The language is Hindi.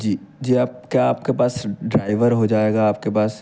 जी जी आप क्या आपके पास ड्राइवर हो जाएगा आपके पास